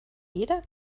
jeder